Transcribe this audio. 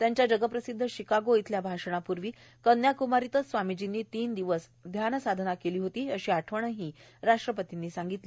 त्यांच्या जगप्रसिद्ध शिकागो इथल्या भाषणापूर्वी कन्याक्मारीतच स्वामीजींनी तीन दिवस ध्यान साधना केली होतीए अशी आठवणही राष्ट्रपतींनी सांगितली